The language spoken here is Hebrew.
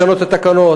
לשנות את התקנות,